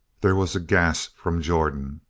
there was a gasp from jordan.